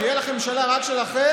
כשתהיה לכם ממשלה רק שלכם,